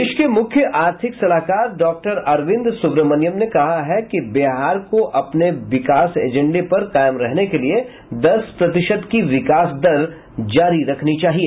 देश के मुख्य आर्थिक सलाहकार डॉक्टर अरविंद सुब्रमनियन ने कहा है कि बिहार को अपने विकास एजेंडे पर कायम रहने के लिए दस प्रतिशत की विकास दर जारी रखनी चाहिए